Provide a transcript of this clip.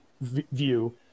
view